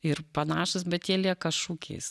ir panašūs bet jie lieka šūkiais